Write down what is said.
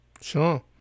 Sure